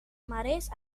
marès